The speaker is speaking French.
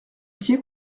pied